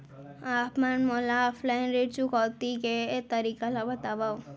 आप मन मोला ऑफलाइन ऋण चुकौती के तरीका ल बतावव?